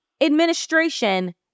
administration